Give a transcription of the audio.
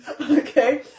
okay